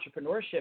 entrepreneurship